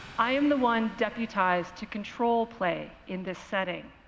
i am the one deputized to control play in this setting,